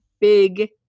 big